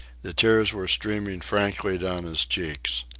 the tears were streaming frankly down his cheeks.